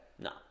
No